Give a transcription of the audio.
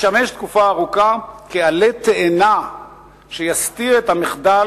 "ישמש תקופה ארוכה כעלה תאנה שיסתיר את המחדל